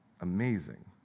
amazing